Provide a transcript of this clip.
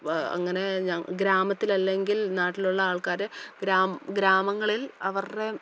അങ്ങനെ ഗ്രാമത്തിലല്ലെങ്കിൽ നാട്ടിലുള്ള ആൾക്കാര് ഗ്രാമങ്ങളിൽ അവരുടെ